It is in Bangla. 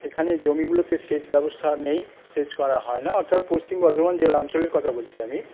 এখানে জমিগুলোতে সেচ ব্যবস্থা নেই সেচ করা হয়না অর্থাৎ পশ্চিম বর্ধমান জেলা অঞ্চলের কথা বলছি আমি